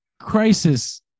crisis